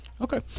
Okay